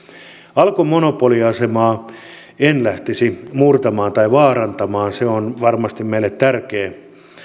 alkon monopoliasemaa en lähtisi murtamaan tai vaarantamaan se on varmasti meille tärkeä